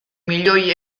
milioi